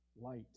Light